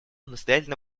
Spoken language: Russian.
настоятельно